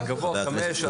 אבל ב-6-5,